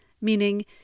meaning